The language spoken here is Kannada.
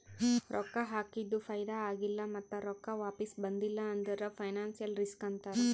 ರೊಕ್ಕಾ ಹಾಕಿದು ಫೈದಾ ಆಗಿಲ್ಲ ಮತ್ತ ರೊಕ್ಕಾ ವಾಪಿಸ್ ಬಂದಿಲ್ಲ ಅಂದುರ್ ಫೈನಾನ್ಸಿಯಲ್ ರಿಸ್ಕ್ ಅಂತಾರ್